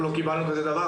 אנחנו לא קיבלנו דבר כזה,